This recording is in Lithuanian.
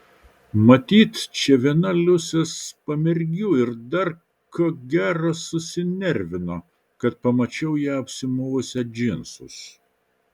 matyt čia viena liusės pamergių ir dar ko gero susinervino kad pamačiau ją apsimovusią džinsus